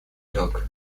dock